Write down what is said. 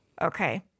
Okay